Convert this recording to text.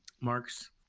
marks